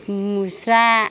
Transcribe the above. मुस्रा